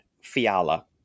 Fiala